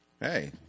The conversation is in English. Hey